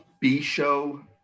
b-show